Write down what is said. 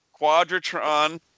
Quadratron